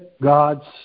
God's